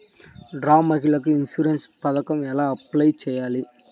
డ్వాక్రా మహిళలకు ఇన్సూరెన్స్ పథకం ఎలా అప్లై చెయ్యాలి?